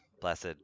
blessed